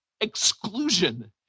exclusion